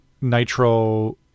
Nitro